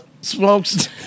Smokes